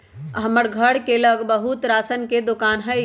हमर घर के लग बहुते राशन के दोकान हई